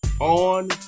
on